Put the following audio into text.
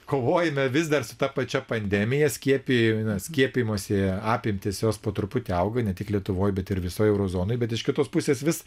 kovojame vis dar su ta pačia pandemija skiepi na skiepijimosi apimtys jos po truputį auga ne tik lietuvoj bet ir visoj euro zonoj bet iš kitos pusės vis